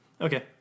Okay